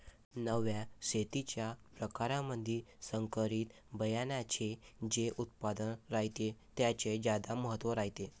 नव्या शेतीच्या परकारामंधी संकरित बियान्याचे जे उत्पादन रायते त्याले ज्यादा महत्त्व रायते